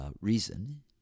reason